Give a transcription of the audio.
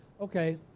okay